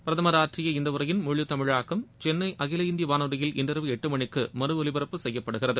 பிரதமர் ஆற்றிய இந்த உரையின் முழு தமிழாக்கம் சென்ளை அகில இந்திய வானொலியில் இன்றிரவு எட்டு மணிக்கு மறுஒலிபரப்பு செய்யப்படுகிறது